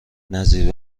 نظیر